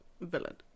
villain